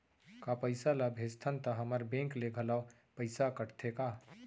का पइसा ला भेजथन त हमर बैंक ले घलो पइसा कटथे का?